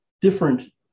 different